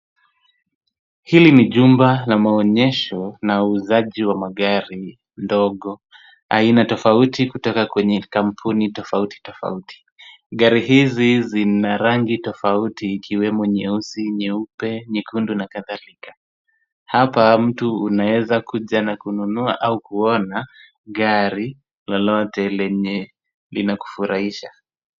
Hili ni jumba la maonyesho na uuzaji wa magari ndogo, aina tofauti kutoka kwenye kampuni tofauti tofauti. Gari hizi zina rangi tofauti ikiwemo nyeusi, nyeupe, nyekundu na kadhalika. Hapa mtu unaeza kuja na kununua au kuona, gari lolote lenye linakufurahisha.